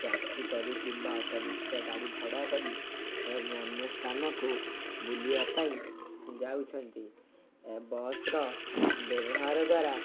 taxi କରି କିମ୍ବା auto rickshaw ଗାଡ଼ି ଭଡ଼ା କରି ଏବ ଅନ୍ୟ ସ୍ଥାନକୁ ବୁଲିବା ପାଇଁ ଯାଉଛନ୍ତି ଏ ବସ୍ର ବ୍ୟବହାର ଦ୍ୱାରା